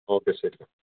okay ശരി